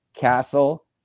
castle